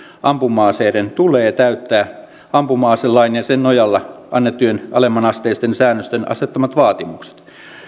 ampuma aseiden tulee täyttää ampuma aselain ja sen nojalla annettujen alemmanasteisten säännösten asettamat vaatimukset